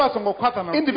Individual